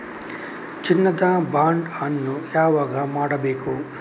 ಚಿನ್ನ ದ ಬಾಂಡ್ ಅನ್ನು ಯಾವಾಗ ಮಾಡಬೇಕು?